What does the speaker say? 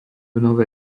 nové